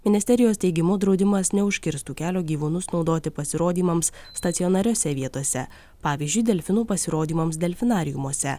ministerijos teigimu draudimas neužkirstų kelio gyvūnus naudoti pasirodymams stacionariose vietose pavyzdžiui delfinų pasirodymams delfinariumuose